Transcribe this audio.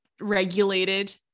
regulated